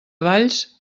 valls